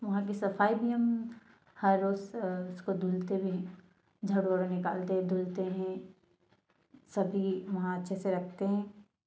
वहाँ पर सफ़ाई भी हम हर रोज़ उसको धुलते भी झाड़ू वाडू निकालते धुलते हैं सभी वहाँ अच्छे से रखते हैं